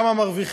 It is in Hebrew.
כמה הן מרוויחות,